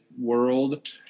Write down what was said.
world